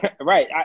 right